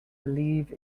believe